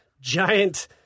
giant